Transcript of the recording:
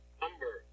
number